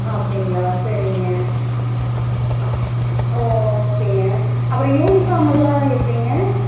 அப்படீங்களா சேரிங்க ஆஹ் ஓகேங்க அப்புறம் யூனிஃபார்மெல்லாம் எப்படிங்க